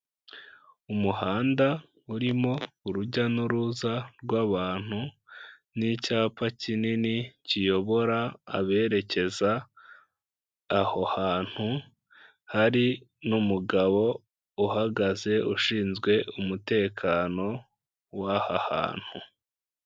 Umuhanda urimo urujya n'uruza rw'abantu n'icyapa kinini kiyobora aberekeza aho hantu, hari n'umugabo uhagaze ushinzwe umutekano w'aha hantu.